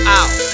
out